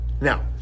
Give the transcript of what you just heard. Now